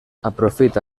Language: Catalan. aprofita